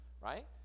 right